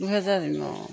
দুহেজাৰ অঁ